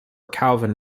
calvin